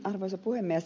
arvoisa puhemies